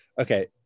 Okay